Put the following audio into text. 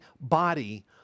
body